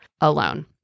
alone